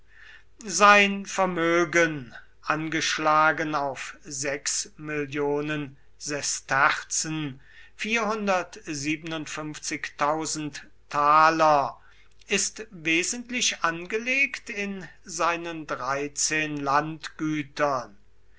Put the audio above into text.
sein vermögen angeschlagen auf mill sesterzen ist wesentlich angelegt in seinen dreizehn landgütern